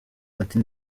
ati